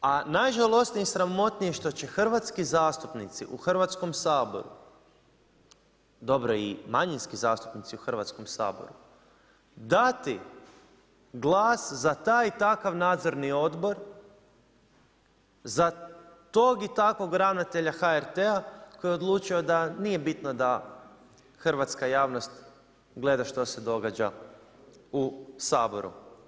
A najžalosnije i sramotnije što će hrvatski zastupnici u Hrvatskom saboru, dobro i manjinski zastupnici u Hrvatskom saboru dati glas za taj i takav nadzorni odbor, za tog i takvog ravnatelja HRT-a koji je odlučio da, nije bitno da hrvatska javnost gleda što se događa u Saboru.